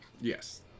Yes